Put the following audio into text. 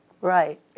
Right